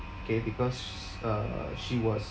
K because uh she was